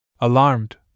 Alarmed